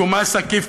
שהוא מס עקיף,